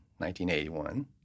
1981